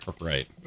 Right